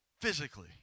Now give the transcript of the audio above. physically